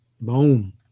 Boom